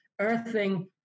earthing